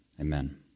Amen